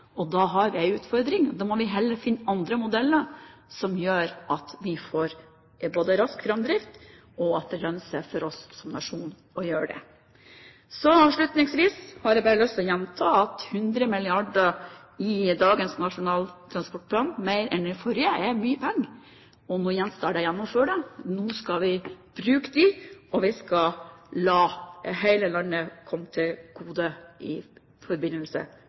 og da har vi en utfordring. Da må vi heller finne andre modeller, som gjør at vi får rask framdrift, og at det lønner seg for oss som nasjon å gjøre det. Avslutningsvis har jeg lyst til å gjenta at 100 mrd. kr mer i dagens Nasjonal transportplan enn i den forrige er mye penger. Nå gjenstår det å gjennomføre den. Nå skal vi bruke midlene, og vi skal la de prosjektene som ligger der, komme hele landet til gode.